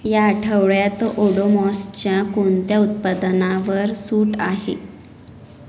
या आठवड्यात ओडोमॉसच्या कोणत्या उत्पादनावर सूट आहे